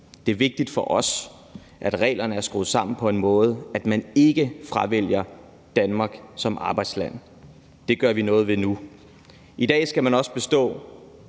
Det er vigtigt for os, at reglerne er skruet sammen på en måde, hvor man ikke fravælger Danmark som arbejdsland. Det gør vi noget ved nu. I dag skal man også bestå